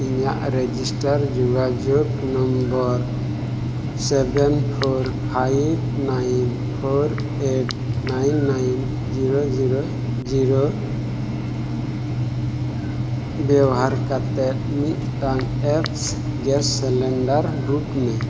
ᱤᱧᱟᱹᱜ ᱨᱮᱡᱤᱥᱴᱟᱨ ᱡᱳᱜᱟᱡᱳᱜᱽ number seven four five nine four eight nine nine zero zero ᱵᱮᱣᱦᱟᱨ ᱠᱟᱛᱮᱫ ᱢᱤᱫᱴᱟᱱ ᱮᱯᱥ ᱜᱮᱥ ᱥᱤᱞᱤᱱᱰᱟᱨ ᱵᱩᱠ ᱢᱮ